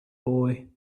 boy